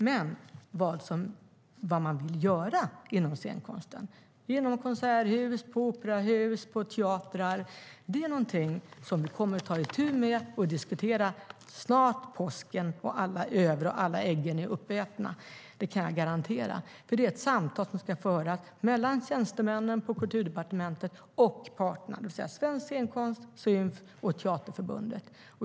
Men vad man vill göra inom scenkonsten, på konserthus, på operahus och på teatrar, det är någonting som vi kommer att ta itu med och diskutera så snart påsken är över och alla äggen är uppätna. Det kan jag garantera, för det är ett samtal som ska föras mellan tjänstemännen på Kulturdepartementet och parterna, det vill säga Svensk Scenkonst, Symf och Teaterförbundet.